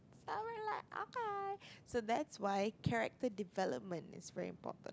so relax okay so that's why character development is very important